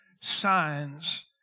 signs